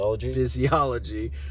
physiology